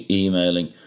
emailing